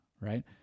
right